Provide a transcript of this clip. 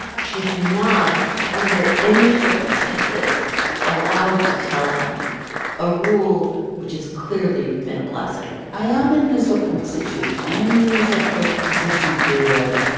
she's not under any circumstances allowed to tell them a rule which has clearly been a blessing i am in this awkward situation. i am in this awkward position where